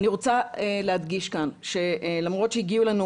אני רוצה להדגיש כאן שלמרות שהגיעו אלינו